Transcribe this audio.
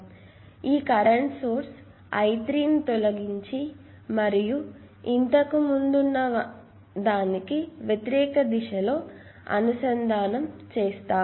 కాబట్టి ఈ current source I3 తొలగించి మరియు ఇంతకు ముందు ఉన్న దానికి వ్యతిరేక దిశలో అనుసంధానం చేస్తారు